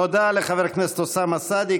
תודה לחבר הכנסת אוסאמה סעדי.